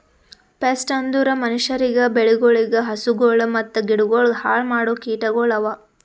pest ಅಂದುರ್ ಮನುಷ್ಯರಿಗ್, ಬೆಳಿಗೊಳ್, ಹಸುಗೊಳ್ ಮತ್ತ ಗಿಡಗೊಳ್ ಹಾಳ್ ಮಾಡೋ ಕೀಟಗೊಳ್ ಅವಾ